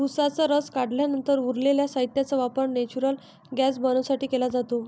उसाचा रस काढल्यानंतर उरलेल्या साहित्याचा वापर नेचुरल गैस बनवण्यासाठी केला जातो